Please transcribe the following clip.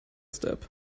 step